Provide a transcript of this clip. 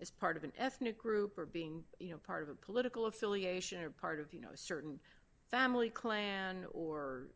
is part of an ethnic group or being you know part of a political affiliation or part of you know certain family clan or